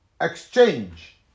exchange